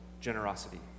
generosity